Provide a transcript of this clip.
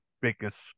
biggest